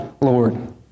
Lord